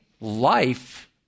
life